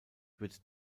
wird